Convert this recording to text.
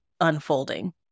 unfolding